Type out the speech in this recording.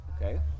Okay